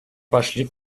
пошли